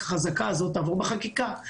שהחזקה הזו תעבור בחקיקה.